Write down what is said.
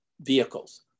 vehicles